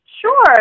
Sure